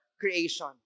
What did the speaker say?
creation